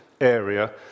area